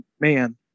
man